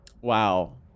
Wow